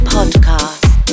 Podcast